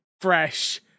Fresh